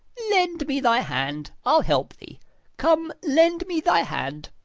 lend me thy hand, i'll help thee come, lend me thy hand.